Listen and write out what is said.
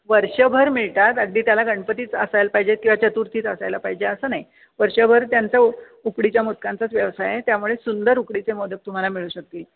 वर्षभर मिळतात अगदी त्याला गणपतीच असायला पाहिजे किंवा चतुर्थीच असायला पाहिजे असं नाही वर्षभर त्यांचा उ उकडीच्या मोदकांचाच व्यवसाय आहे त्यामुळे सुंदर उकडीचे मोदक तुम्हाला मिळू शकतील